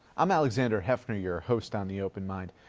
i'm alexander heffner, your host on the open mind.